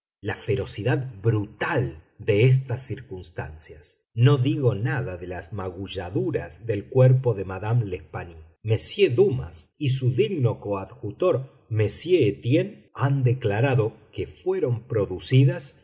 la ferocidad brutal de estas circunstancias no digo nada de las magulladuras del cuerpo de madame l'espanaye monsieur dumas y su digno coadjutor monsieur étienne han declarado que fueron producidas